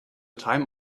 time